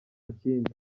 kindi